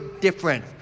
different